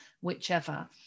whichever